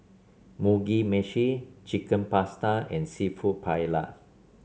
Mugi Meshi Chicken Pasta and seafood Paella